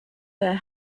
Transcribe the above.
their